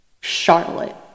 Charlotte